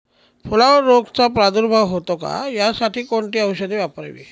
फुलावर रोगचा प्रादुर्भाव होतो का? त्यासाठी कोणती औषधे वापरावी?